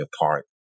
apart